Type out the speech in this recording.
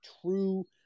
true